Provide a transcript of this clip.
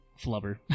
flubber